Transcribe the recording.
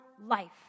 life